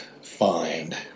find